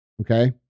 Okay